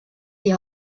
die